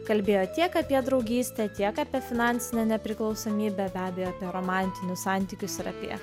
kalbėjo tiek apie draugystę tiek apie finansinę nepriklausomybę be abejo apie romantinius santykius ir apie